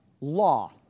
law